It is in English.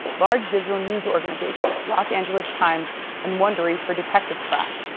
large digital news organization los angeles times and wondery for detective trapp.